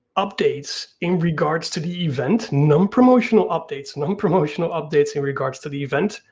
updates in regards to the event, non-promotional updates, non-promotional updates in regards to the event,